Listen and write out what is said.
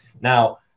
Now